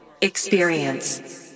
experience